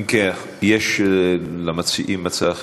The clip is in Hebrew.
אם כן, יש למציעים הצעה אחרת?